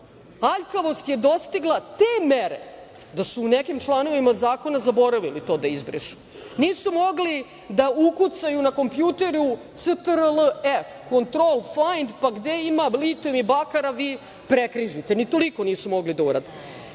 Aljkavost je dostigla te mere da su u nekim članovima zakona zaboravili to da izbrišu. Nisu mogli da ukucaju na kompjuteru „CTRL F“, „kontrol fajnd“ pa gde ima litijuma i bakra vi prekrižite. Ni toliko nisu mogli da urade.